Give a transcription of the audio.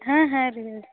ಹಾಂ ಹಾಂ ರೀ ಹೇಳ್ರೀ